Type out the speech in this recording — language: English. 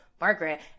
Margaret